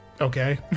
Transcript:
Okay